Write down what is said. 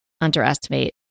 underestimate